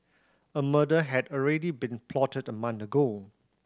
a murder had already been plotted the month ago